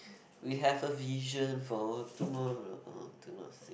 we have a vision for tomorrow orh do not sing